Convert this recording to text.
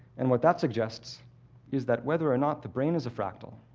and what that suggests is that, whether or not the brain is a fractal,